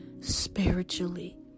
spiritually